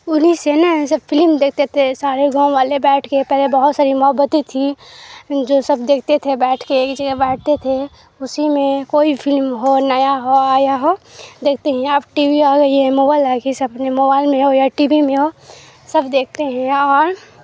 انہیں سے نا یہ سب فلم دیکھتے تھے یہ سارے گاؤں والے بیٹھ کے پہلے بہت ساری محبتیں تھیں جو سب دیکھتے تھے بیٹھ کے ایک جگہ بیٹھتے تھے اسی میں کوئی فلم ہو نیا ہو آیا ہو دیکھتے ہیں اب ٹی وی آ گئی ہیں موبائل آ گئی ہے سب اپنے موبائل میں ہو یا ٹی وی میں ہو سب دیکھتے ہیں اور